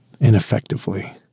ineffectively